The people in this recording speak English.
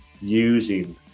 using